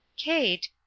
Kate